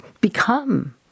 become